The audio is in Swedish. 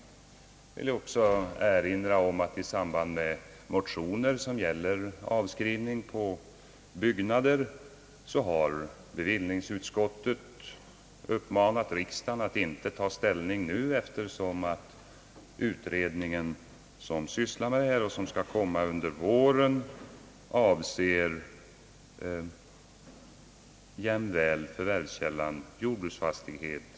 Jag vill också erinra om att i samband med behandlingen av motioner rörande avskrivning på byggnader har bevillningsutskottet uppmanat riksdagen att inte ta ställning nu, eftersom utredningen som sysslar med företagsbeskattningen — vars betänkande väntas komma under våren — avser jämväl förvärvskällan jordbruksfastighet.